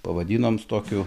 pavadinom tokiu